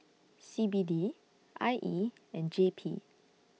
C B D I E and J P